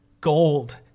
gold